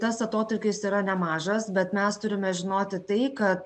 tas atotrūkis yra nemažas bet mes turime žinoti tai kad